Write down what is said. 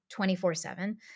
24-7